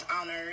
honored